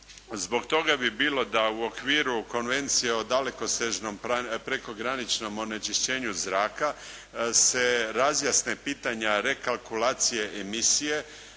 Zbog toga bi bilo da u okviru Konvencija o dalekosežnom prekograničnom onečišćenju zraka se razjasne pitanja rekalkulacije emisije